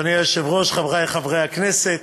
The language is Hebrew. אדוני היושב-ראש, חברי חברי הכנסת,